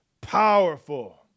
powerful